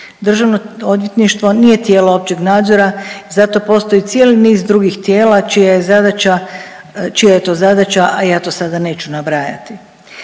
Državno odvjetništvo nije tijelo općeg nadzora i za to postoji cijeli niz drugih tijela čija je zadaća, čija je to zadaća a ja to sada neću nabrajati.